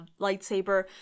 lightsaber